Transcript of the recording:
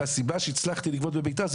והסיבה שהצלחתי לגבות בבית"ר עילית